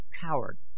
coward